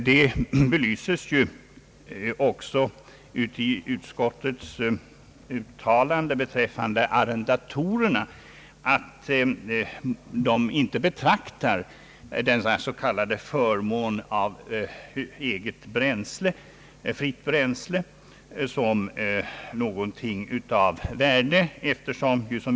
Det belyses också i utskottets uttalande beträffande arrendatorerna att dessa inte betraktar denna s.k. förmån av fritt bränsle som någonting av värde.